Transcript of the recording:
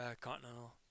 continental